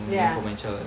ya